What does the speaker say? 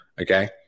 okay